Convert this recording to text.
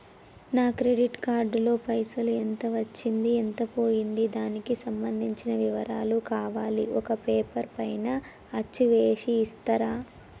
నా credit card లో పైసలు ఎంత వచ్చింది ఎంత పోయింది దానికి సంబంధించిన వివరాలు కావాలి ఒక పేపర్ పైన అచ్చు చేసి ఇస్తరా?